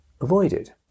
avoided